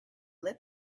lit